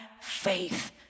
faith